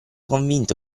convinto